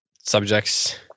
subjects